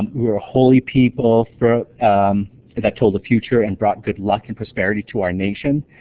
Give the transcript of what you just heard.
we were holy people that told the future and brought good luck and prosperity to our nation.